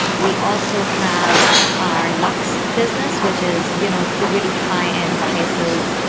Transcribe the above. we also have our luxe business, which is and you know the really high-end places.